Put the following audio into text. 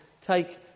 take